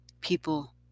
people